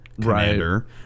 commander